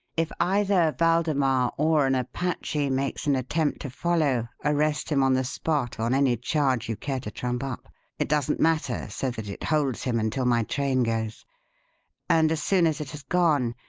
if either waldemar or an apache makes an attempt to follow, arrest him on the spot, on any charge you care to trump up it doesn't matter so that it holds him until my train goes and as soon as it has gone,